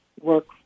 work